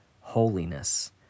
holiness